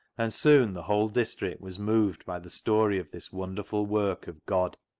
and soon the whole district was moved by the story of this wonderful work of god.